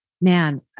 man